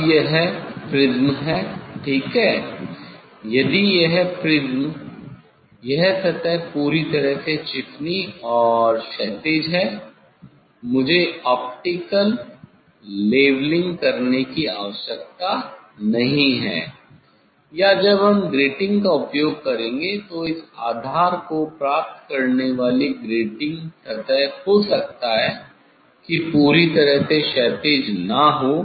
अब यह प्रिज्म है ठीक है यदि यह प्रिज्म यह सतह पूरी तरह से चिकनी और क्षैतिज है तो मुझे ऑप्टिकल लेवलिंग करने की आवश्यकता नहीं है या जब हम ग्रेटिंग का उपयोग करेंगे तो इस आधार को प्राप्त करने वाली ग्रेटिंग सतह हो सकता है की पूरी तरह से क्षैतिज ना हो